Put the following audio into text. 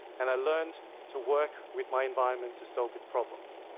and i learned to work with my environment to solve its problems.